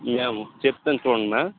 ma'am చెప్తాను చూడండి ma'am